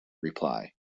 reply